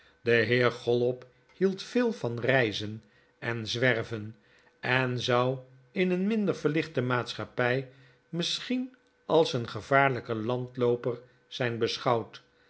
de heer chollop hield veel van reizen en zwerven en zou in een minder verlichte maatschappij misschien als een gevaarlijke landlooper zijn beschouwd